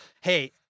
Hey